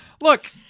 Look